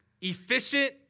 efficient